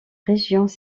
régions